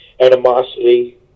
animosity